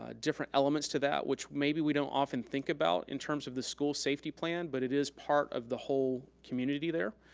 ah different elements to that which maybe we don't often think about in terms of the school safety plan but it is part of the whole community there.